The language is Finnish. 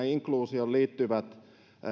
inkluusioon liittyvät